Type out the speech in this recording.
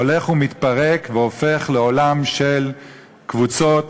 הולך ומתפרק והופך לעולם של קבוצות,